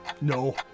No